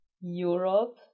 Europe